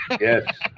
Yes